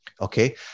Okay